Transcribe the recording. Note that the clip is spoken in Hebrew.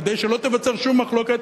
כדי שלא תיווצר שום מחלוקת,